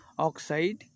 Oxide